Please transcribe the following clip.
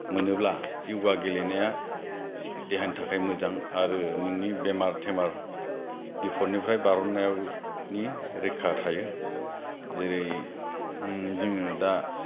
मोनोब्ला योगा गेलेनाया देहानि थाखाय मोजां आरो नोंनि बेमार थेमार बिफदनिफ्राय बारननायनि रैखा थायो जेरै जोङो दा